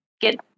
get